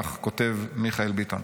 כך כותב מיכאל ביטון.